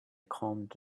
calmed